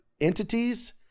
entities